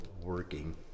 working